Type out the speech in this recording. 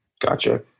Gotcha